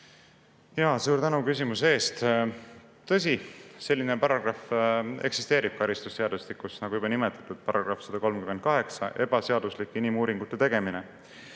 Suur tänu küsimuse eest! Tõsi, selline paragrahv eksisteerib karistusseadustikus, nagu juba nimetatud: § 138, "Ebaseaduslik inimuuringute tegemine".